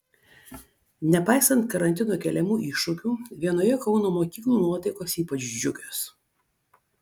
nepaisant karantino keliamų iššūkių vienoje kauno mokyklų nuotaikos ypač džiugios